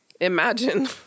Imagine